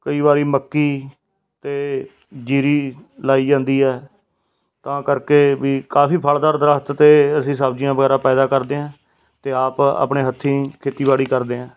ਕਈ ਵਾਰੀ ਮੱਕੀ ਅਤੇ ਜੀਰੀ ਲਗਾਈ ਜਾਂਦੀ ਹੈ ਤਾਂ ਕਰਕੇ ਵੀ ਕਾਫੀ ਫਲਦਾਰ ਦਰਖਤ ਅਤੇ ਅਸੀਂ ਸਬਜ਼ੀਆਂ ਵਗੈਰਾ ਪੈਦਾ ਕਰਦੇ ਹਾਂ ਅਤੇ ਆਪ ਆਪਣੇ ਹੱਥੀ ਖੇਤੀਬਾੜੀ ਕਰਦੇ ਹਾਂ